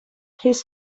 his